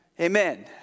Amen